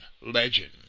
legend